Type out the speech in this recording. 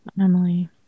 Emily